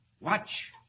Watch